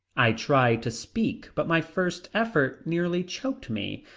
i tried to speak but my first effort nearly choked me.